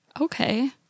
Okay